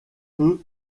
peut